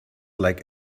like